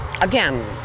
again